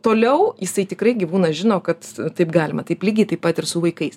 toliau jisai tikrai gyvūnas žino kad taip galima taip lygiai taip pat ir su vaikais